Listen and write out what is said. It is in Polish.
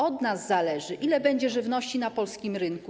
Od nas zależy, ile będzie żywności na polskim rynku.